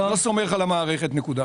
אני לא סומך על המערכת, נקודה.